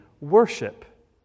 worship